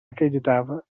acreditava